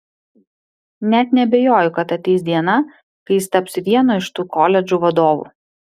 net neabejoju kad ateis diena kai jis taps vieno iš tų koledžų vadovu